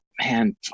man